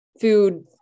food